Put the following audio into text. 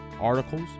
articles